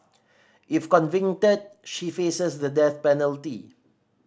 if convicted she faces the death penalty